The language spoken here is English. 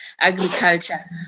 agriculture